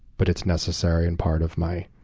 but it's necessary and part of my